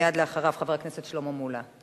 ומייד אחריו, חבר הכנסת שלמה מולה.